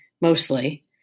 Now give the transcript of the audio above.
mostly